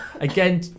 again